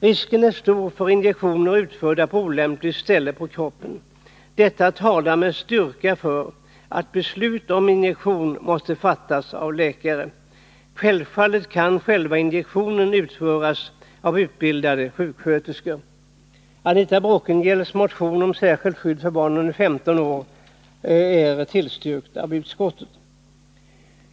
Risken är stor för att injektion sker på olämpligt ställe på kroppen. Detta talar med styrka för att beslut om injektion måste fattas av läkare. Självfallet kan själva injektionen utföras av utbildade sjuksköterskor. Anita Bråkenhielms motion om särskilt skydd för barn under 15 år tillstyrks av utskottet.